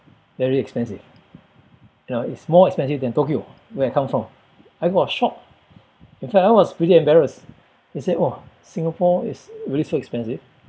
very expensive you know it's more expensive than Tokyo where I come from I got a shock in fact I was pretty embarrassed he said !wah! Singapore is really so expensive